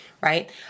right